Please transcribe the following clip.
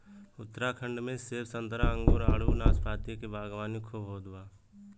उत्तराखंड में सेब संतरा अंगूर आडू नाशपाती के बागवानी खूब होत बा